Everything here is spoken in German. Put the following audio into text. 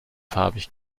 farbig